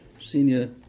senior